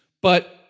but-